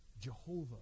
Jehovah